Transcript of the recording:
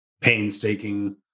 painstaking